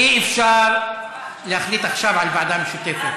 אי-אפשר להחליט עכשיו על ועדה משותפת.